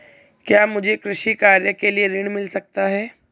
क्या मुझे कृषि कार्य के लिए ऋण मिल सकता है?